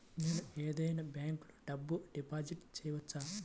నేను ఏదైనా బ్యాంక్లో డబ్బు డిపాజిట్ చేయవచ్చా?